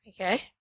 Okay